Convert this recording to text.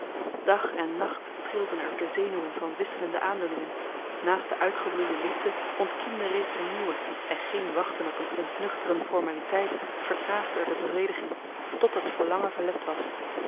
dag en nacht trilden er de zenuwen van wisselende aandoeningen naast de uitgebloeide liefde ontkiemde reeds een nieuwe en geen wachten op een ontnuchterende formaliteit vertraagde er de bevrediging tot het verlange verlept was